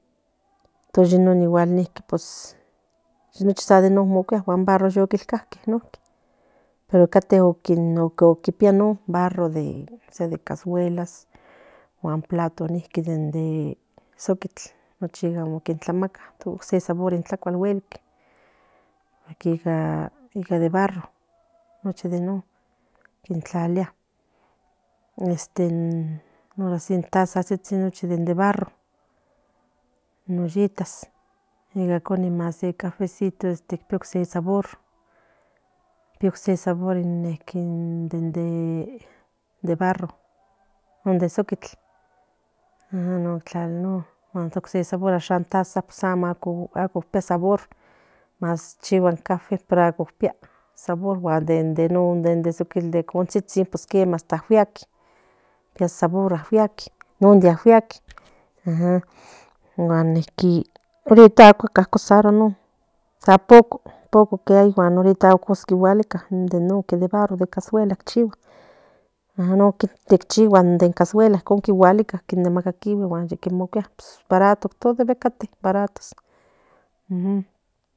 Tos non yenon sa yenon nokia in barra yo kilkalke barro de casguelas barro de sukitl tlamaka sabor nen guelik ica de barro nochi de barro tlalia tasas nochi de barro in oyitas cafecito ocse sabor de barro non de soki ocse sabor in tasa ocse sabor ichanin café in sukitl de constsitsim ahorita aco usarua poco que ahy ahorita amo cosa itcualica de barro de casguelas chigua icon cualica ye cate baratos